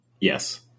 Yes